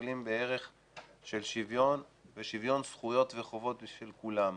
דוגלים בערך של שוויון ושוויון זכויות וחובות של כולם,